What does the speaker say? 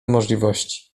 możliwości